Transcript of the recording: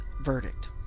verdict